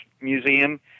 Museum